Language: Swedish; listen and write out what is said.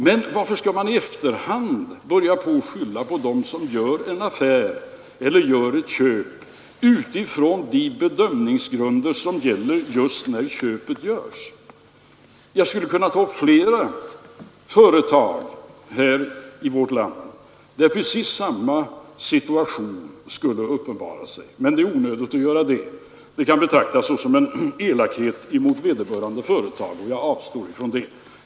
Men varför skall man i efterhand slå ned på dem som gör ett köp utifrån de bedömningsgrunder som gäller just när affären görs? Jag skulle kunna nämna flera företag i vårt land beträffande vilka situationen skulle ha blivit precis densamma, men det är onödigt att göra det. Det skulle kunna betraktas som en elakhet mot vederbörande företag, så jag avstår från det.